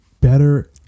better